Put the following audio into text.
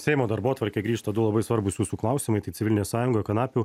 seimo darbotvarkę grįžta du labai svarbūs jūsų klausimai tai civilinė sąjunga kanapių